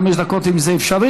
חמש דקות אם זה אפשרי.